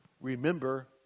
remember